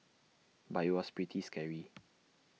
but IT was pretty scary